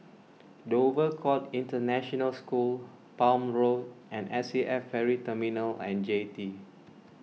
Dover Court International School Palm Road and S A F Ferry Terminal and Jetty